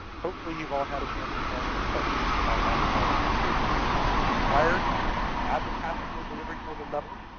hopefully you've all had a chance to attend one of the sessions outlining how these goods and services can be acquired at the task or delivery order level.